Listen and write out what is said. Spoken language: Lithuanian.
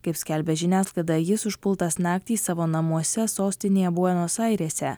kaip skelbia žiniasklaida jis užpultas naktį savo namuose sostinėje buenos airėse